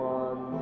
one